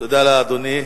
תודה לאדוני.